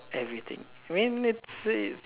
all everything I mean let's say